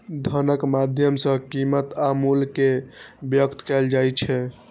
धनक माध्यम सं कीमत आ मूल्य कें व्यक्त कैल जाइ छै